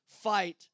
fight